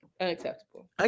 Unacceptable